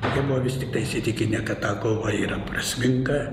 tada buvo vis tiktai įsitikinę kad ta kova yra prasminga